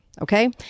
okay